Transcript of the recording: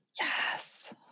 Yes